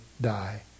die